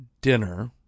dinner